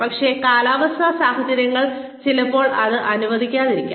പക്ഷേ കാലാവസ്ഥാ സാഹചര്യങ്ങൾ ചിലപ്പോൾ അത് അനുവദിക്കാതിരിക്കാം